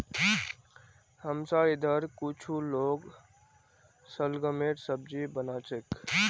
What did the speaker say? हमसार इधर कुछू लोग शलगमेर सब्जी बना छेक